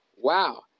Wow